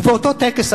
ובאותו טקס,